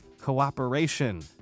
Cooperation